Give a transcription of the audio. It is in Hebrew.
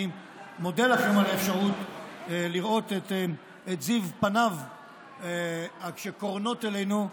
אני מודה לכם על האפשרות לראות את זיו פניו שקורנות אלינו,